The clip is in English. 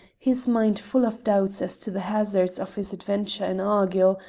his mind full of doubts as to the hazards of his adventure in argyll,